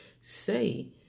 say